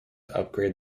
upgrade